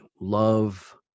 love